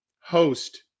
host